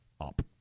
up